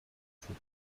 should